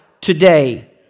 today